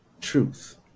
truth